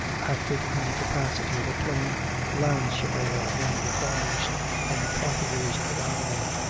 acted in the capacity of a plain land surveyor among the farmers and cottiers of the barony,